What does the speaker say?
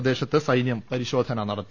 പ്രദേശത്ത് സൈന്യം പരിശോധന നടത്തി